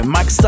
Max